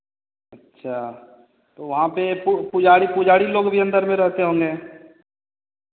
अच्छा तो वहाँ पर पु पुजारी पुजारी लोग भी अंदर में रहते होंगे